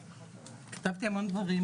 כתבתי המון דברים,